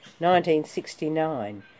1969